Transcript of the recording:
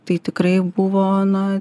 tai tikrai buvo na